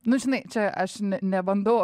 nu žinai čia aš nebandau